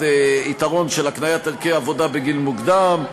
יתרון של הקניית ערכי עבודה בגיל מוקדם.